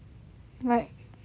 like